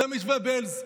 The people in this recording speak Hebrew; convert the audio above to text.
זה מתווה בעלז.